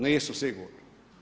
Nisu sigurno.